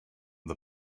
the